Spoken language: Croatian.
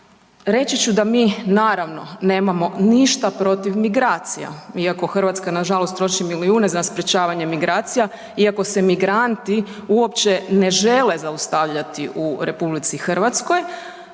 Reći ću da mi naravno nemamo ništa protiv migracija, iako Hrvatska nažalost troši milijune za sprječavanje migracija, iako se migranti uopće ne žele zaustavljati u RH, stoga